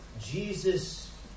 Jesus